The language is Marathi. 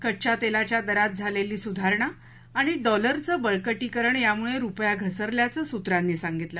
कच्च्या तेलाच्या दरात झालेली सुधारणा आणि डॉलरचं बळकटीकरण यामुळे रुपया घसरल्याचं सूत्रांनी सांगितलं